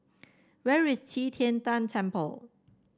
where is Qi Tian Tan Temple